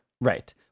Right